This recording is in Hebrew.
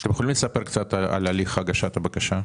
אתם יכולים לספר קצת על הליך הגשת הבקשה?